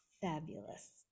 fabulous